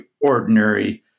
ordinary